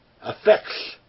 affects